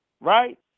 right